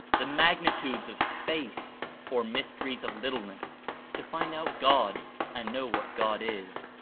the magnitudes of space or mys teries of littleness to find out god and know what god is?